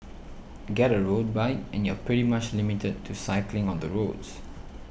get a road bike and you're pretty much limited to cycling on the roads